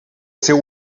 seu